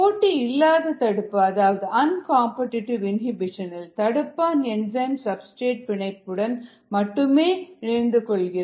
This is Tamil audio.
போட்டியில்லாத தடுப்பு அதாவது அன் காம்படிடிவு இனிபிஷன் இல் தடுப்பான் என்சைம் சப்ஸ்டிரேட் பிணைப்புடன் மட்டுமே இணைந்து கொள்கிறது